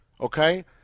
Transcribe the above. Okay